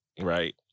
right